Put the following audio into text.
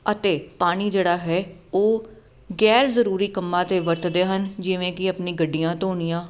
ਅਤੇ ਪਾਣੀ ਜਿਹੜਾ ਹੈ ਉਹ ਗੈਰ ਜ਼ਰੂਰੀ ਕੰਮਾਂ 'ਤੇ ਵਰਤਦੇ ਹਨ ਜਿਵੇਂ ਕਿ ਆਪਣੀਆਂ ਗੱਡੀਆਂ ਧੋਣੀਆਂ